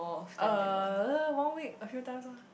uh one week a few times lah